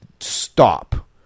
stop